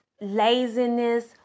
laziness